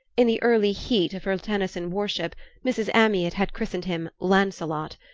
in the early heat of her tennyson-worship mrs. amyot had christened him lancelot,